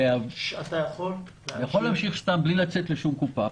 אתה יכול להמשיך סתם בלי לצאת לשום קופה,